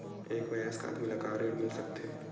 एक वयस्क आदमी ल का ऋण मिल सकथे?